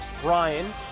Brian